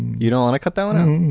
you don't want to cut that one